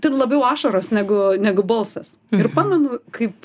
ten labiau ašaros negu negu balsas ir pamenu kaip